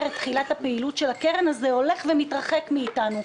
את תחילת הפעילות של הקרן הולך ומתרחק מאיתנו.